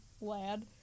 lad